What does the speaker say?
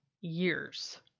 years